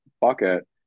bucket